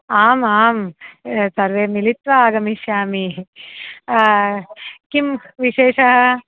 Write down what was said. आम् आम् सर्वे मिलित्वा आगमिष्यामः किं विशेषः